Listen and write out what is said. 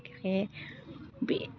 बे